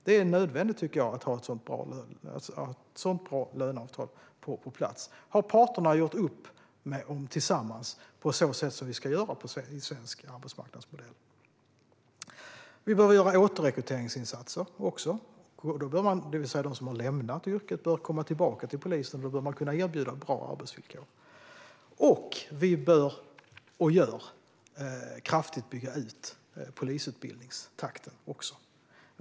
Det är nödvändigt att ha ett bra löneavtal på plats. Parterna har gjort upp om det tillsammans, så som jag tycker att man ska göra i den svenska arbetsmarknadsmodellen. Vi behöver göra återrekryteringsinsatser. De som har lämnat yrket bör komma tillbaka till polisen, och då bör man kunna erbjuda bra arbetsvillkor. Vi bör också - och det gör vi - bygga ut polisutbildningstakten kraftigt.